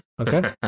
Okay